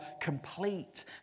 complete